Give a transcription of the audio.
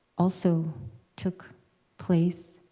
also took place,